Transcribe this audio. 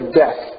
death